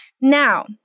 Now